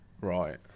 Right